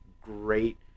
great